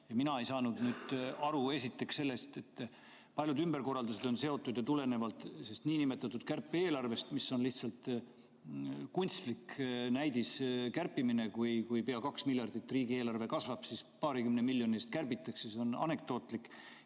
Mina ei saanud nüüd aru esiteks sellest, et paljud ümberkorraldused tulenevad sellest niinimetatud kärpe-eelarvest, mis on lihtsalt kunstlik näidiskärpimine. Kui pea 2 miljardit riigieelarve kasvab, aga paarikümne miljoni võrra tuleb kärpida, siis see on anekdootlik.